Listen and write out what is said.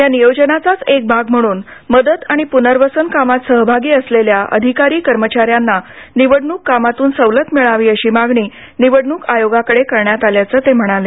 या नियोजनाचाच एक भाग म्हणून मदत आणि पुनर्वसन कामात सहभागी असलेल्या अधिकारी कर्मचाऱ्यांना निवडणूक कामातून सवलत मिळावी अशी मागणी निवडणूक आयोगाकडे करण्यात आल्याचं ते म्हणाले